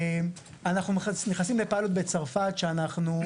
אנחנו נכנסים לפיילוט בצרפת שאנחנו,